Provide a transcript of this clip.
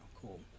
Cool